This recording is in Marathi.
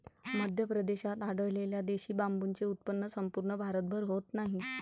मध्य प्रदेशात आढळलेल्या देशी बांबूचे उत्पन्न संपूर्ण भारतभर होत नाही